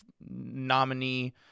nominee